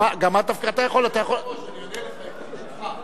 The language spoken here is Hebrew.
אדוני היושב-ראש, אני אענה לך, ברשותך.